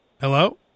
Hello